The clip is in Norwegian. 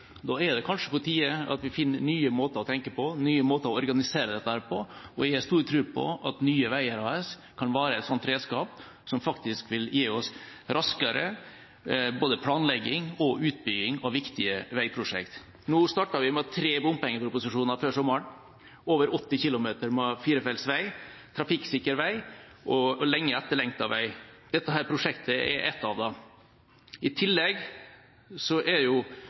Da er det kanskje på tide at vi finner nye måter å tenke på og nye måter å organisere dette på. Jeg har stor tro på at Nye Veier AS kan være et sånt redskap som faktisk vil gi oss raskere både planlegging og utbygging av viktige veiprosjekt. Nå starter vi med tre bompengeproposisjoner før sommeren, over 80 km med firefeltsvei, trafikksikker vei og lenge etterlengtet vei. Dette prosjektet er ett av dem. I tillegg har prosjektdirektøren for dette prosjektet i Nye Veier sagt at den resterende delen av strekningen Langangen-Dørdal er